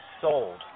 sold